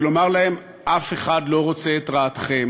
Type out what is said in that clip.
ולומר להם: אף אחד לא רוצה את רעתכם.